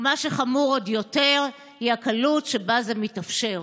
ומה שחמור עוד יותר הוא הקלות שבה זה מתאפשר.